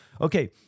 Okay